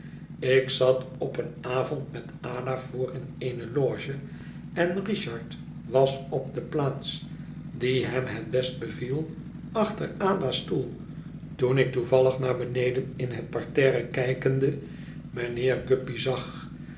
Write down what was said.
ik zat op een avond met ada voor in eene loge en richard was op de plaats die hem het best beviel achter ada's stoel toen ik toevallig naar beneden in het parterre kijkende mijnheer guppy zag